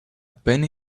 penny